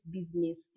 business